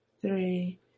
three